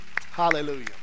Hallelujah